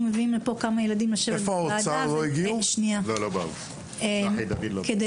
מביאים לכאן כמה ילדים לשבת בוועדה והם היו